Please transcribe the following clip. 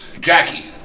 Jackie